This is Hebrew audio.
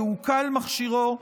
יעוקל מכשירו,